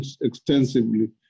extensively